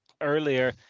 earlier